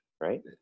right